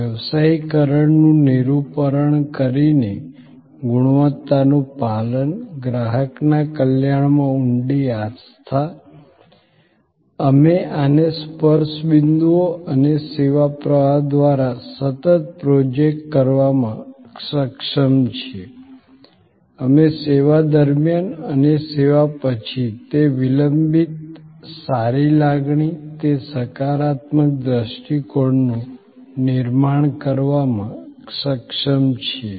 વ્યાવસાયીકરણનું નિરૂપણ કરીને ગુણવત્તાનું પાલન ગ્રાહકના કલ્યાણમાં ઊંડી આસ્થા અમે આને સ્પર્શ બિંદુઓ અને સેવા પ્રવાહ દ્વારા સતત પ્રોજેક્ટ કરવામાં સક્ષમ છીએ અમે સેવા દરમિયાન અને સેવા પછી તે વિલંબિત સારી લાગણી તે સકારાત્મક દ્રષ્ટિકોણનું નિર્માણ કરવામાં સક્ષમ છીએ